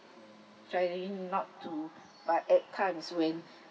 trying not to but it comes when